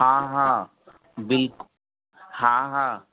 हा हा बिल्क हा हा